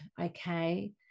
okay